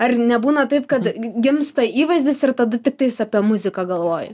ar nebūna taip kad gimsta įvaizdis ir tada tiktais apie muziką galvoji